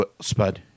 Spud